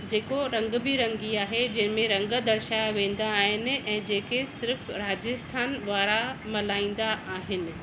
जेको रंग बिरंगी आहे जिंहिं में रंग दर्शाया वेंदा आहिनि ऐं जेके सिर्फ़ राजस्थान वारा मल्हाइंदा आहिनि